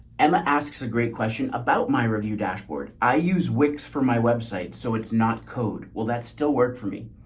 emma asks a great question about my review dashboard. i use wix for my website so it's not code well that still worked for me.